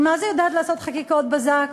היא מה זה יודעת לקדם חקיקות בזק.